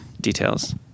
details